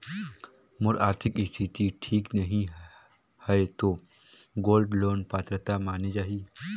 मोर आरथिक स्थिति ठीक नहीं है तो गोल्ड लोन पात्रता माने जाहि?